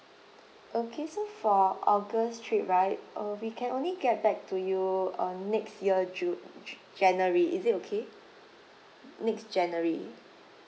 okay so for august trip right uh we can only get back to you on next year ju~ january is it okay next january